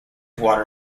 water